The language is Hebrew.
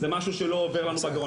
זה משהו שלא עובר לנו בגרון,